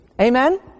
Amen